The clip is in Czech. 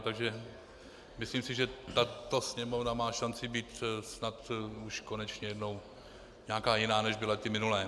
Takže myslím si, že tato Sněmovna má šanci být snad už konečně jednou nějaká jiná, než byly ty minulé.